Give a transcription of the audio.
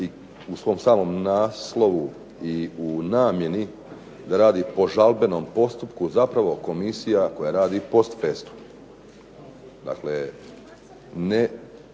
u svom samom naslovu i u namjeni da radi po žalbenom postupku, zapravo komisija koja radi post festum. Dakle, ne